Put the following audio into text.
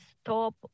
stop